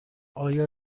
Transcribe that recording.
آیا